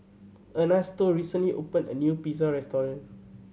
Ernesto recently opened a new Pizza Restaurant